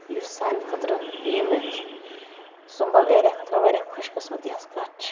یُس سانہِ خٲطرٕ ییٚمہِ سُمبل ایریا خٲطرٕ واریاہ خۄش قٕسمٔتۍ ہٕنٛز کَتھ چھِ